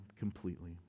completely